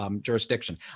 jurisdiction